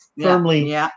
firmly